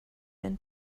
and